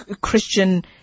Christian